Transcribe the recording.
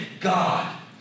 God